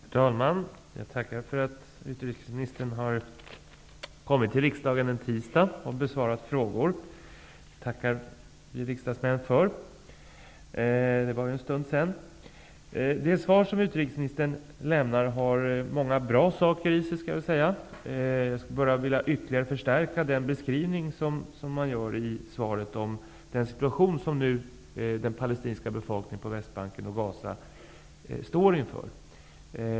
Herr talman! Vi riksdagsmän tackar för att utrikesministern har kommit till riksdagen en tisdag för att besvara frågor; det var ju ett tag sedan sist. Det svar som utrikesministern lämnat innehåller många bra saker. Jag skulle bara ytterligare vilja förstärka den beskrivning som görs i svaret av den situation som den palestinska befolkningen på Västbanken och Gaza nu står inför.